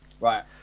right